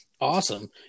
Awesome